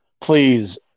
please